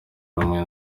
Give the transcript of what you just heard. rumwe